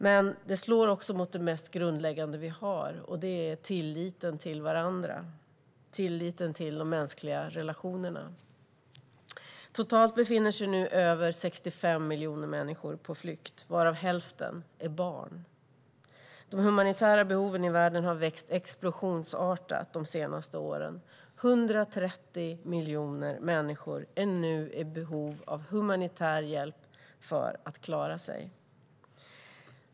Men de slår också mot det mest grundläggande vi har, och det är tilliten till varandra, tilliten till de mänskliga relationerna. Totalt befinner sig nu över 65 miljoner människor på flykt, varav hälften är barn. De humanitära behoven i världen har vuxit explosionsartat de senaste åren. 130 miljoner människor är nu i behov av humanitär hjälp för att klara sig.